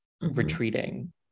retreating